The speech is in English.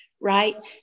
right